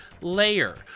layer